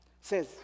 says